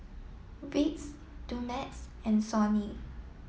Vicks Dumex and Sony